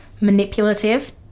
manipulative